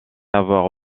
avoir